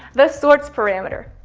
the sorts parameter.